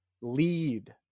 lead